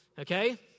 Okay